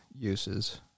uses